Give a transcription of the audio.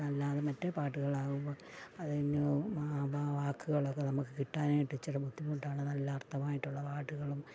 അല്ലാതെ മറ്റേ പാട്ടുകളാകുമ്പം അതിന് വാ വാക്കുകളൊക്കെ നമുക്ക് കിട്ടാനായിട്ടിച്ചര ബുദ്ധിമുട്ടാണ് നല്ല അർത്ഥമായിട്ടുള്ള പാട്ടുകളും